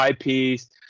IPs